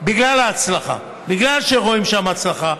בגלל ההצלחה, בגלל שרואים שם הצלחה.